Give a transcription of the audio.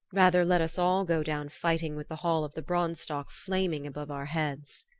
rather let us all go down fighting with the hall of the branstock flaming above our heads.